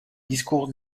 discours